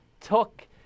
took